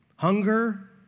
Hunger